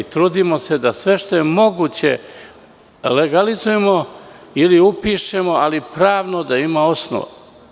Trudimo se da sve što je moguće legalizujemo ili upišemo, ali pravno, da ima osnova.